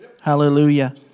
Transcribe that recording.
Hallelujah